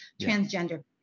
transgender